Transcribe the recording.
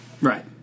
Right